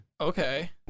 Okay